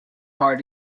hard